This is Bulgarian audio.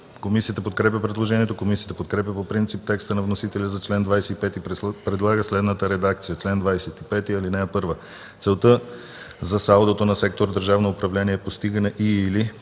Комисията подкрепя предложението. Комисията подкрепя по принцип текста на вносителя за чл. 25 и предлага следната редакция: „Чл. 25. (1) Целта за салдото на сектор „Държавно управление” е постигане и/или